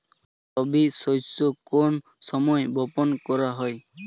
রবি শস্য কোন সময় বপন করা হয়?